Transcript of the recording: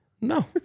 No